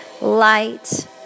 light